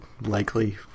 likely